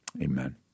amen